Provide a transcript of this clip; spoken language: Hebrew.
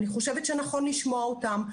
אני חושבת שנכון לשמוע אותם.